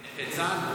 נכה צה"ל?